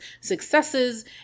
successes